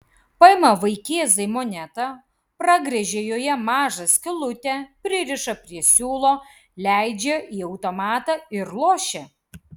paima vaikėzai monetą pragręžia joje mažą skylutę pririša prie siūlo leidžia į automatą ir lošia